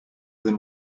than